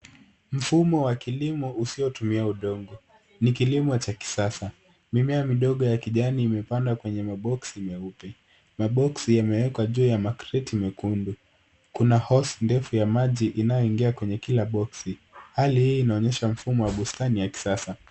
Mfumo wa kilimo usiyotumia udongo. Ni kilimo cha kisasa. Mimea midogo ya kijani imepanda kwenye maboksi meupe. Maboksi yamewekwa juu ya makreti mekundu. Kuna hosi ndefu ya maji inayoingia kwenye kila boksi. Hali hii inaonyesha mfumo wa bustani ya kisasa.